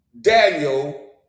Daniel